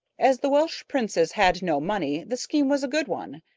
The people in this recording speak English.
as the welsh princes had no money, the scheme was a good one.